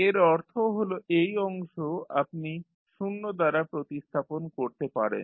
এর অর্থ হল এই অংশ আপনি 0 দ্বারা প্রতিস্থাপন করতে পারেন